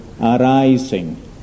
arising